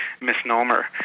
misnomer